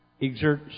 exert